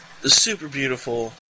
super-beautiful